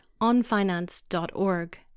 onfinance.org